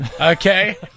okay